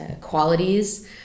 qualities